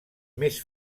més